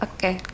Okay